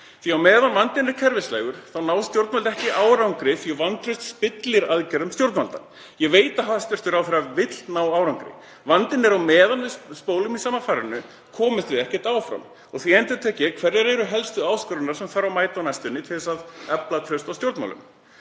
Á meðan vandinn er kerfislægur ná stjórnvöld ekki árangri því að vantraust spillir aðgerðum stjórnvalda. Ég veit að hæstv. ráðherra vill ná árangri. Vandinn er að á meðan við spólum í sama farinu komumst við ekkert áfram. Því endurtek ég: Hverjar eru helstu áskoranirnar sem þarf að mæta á næstunni til þess að efla traust á stjórnmálum?